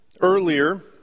Earlier